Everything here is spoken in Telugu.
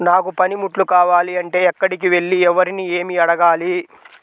నాకు పనిముట్లు కావాలి అంటే ఎక్కడికి వెళ్లి ఎవరిని ఏమి అడగాలి?